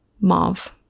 mauve